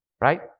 Right